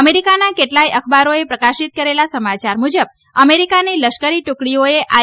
અમેરિકાના કેટલાય અખબારોએ પ્રકાશિત કરેલા સમાચાર મુજબ અમેરિકાની લશ્કરી ટુકડીઓએ આઈ